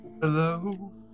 Hello